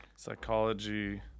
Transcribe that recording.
Psychology